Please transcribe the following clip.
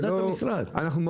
ביקשתי את